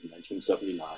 1979